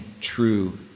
true